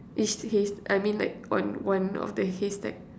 each hays~ I mean like on one of the haystack